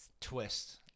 twist